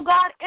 God